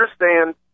understand